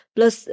Plus